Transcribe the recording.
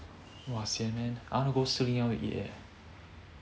!wah! sian man I want to go and eat eh